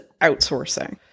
outsourcing